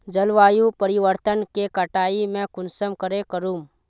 जलवायु परिवर्तन के कटाई में कुंसम करे करूम?